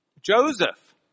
Joseph